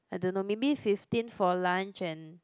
I don't know maybe fifteen for lunch and